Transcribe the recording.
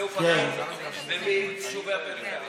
מאופקים ומיישובי הפריפריה.